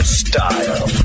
style